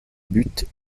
but